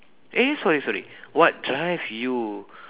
eh sorry sorry what drive you